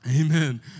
Amen